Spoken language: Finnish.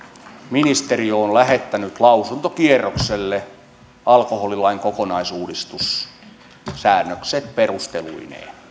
ministeriö on lähettänyt lausuntokierrokselle alkoholilain kokonaisuudistussäännökset perusteluineen